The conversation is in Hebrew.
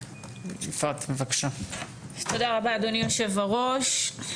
יפעת בבקשה." תודה רבה אדוני יושב הראש.